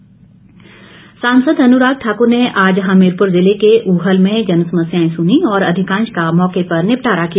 अन्राग ठाक्र सांसद अनुराग ठाकुर ने आज हमीरपुर जिले के ऊहल में जनसमस्याएं सुनीं और अधिकांश का मौके पर निपटारा किया